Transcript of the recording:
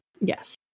Yes